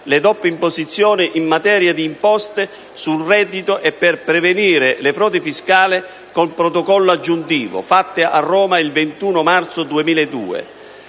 le doppie imposizioni in materia di imposte sul reddito e per prevenire le frodi fiscali, con Protocollo aggiuntivo, fatta a Roma il 21 marzo 2002,